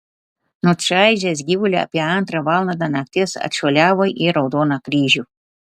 nučaižęs gyvulį apie antrą valandą nakties atšuoliavo į raudoną kryžių